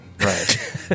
Right